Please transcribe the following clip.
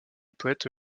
poète